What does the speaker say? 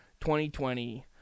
2020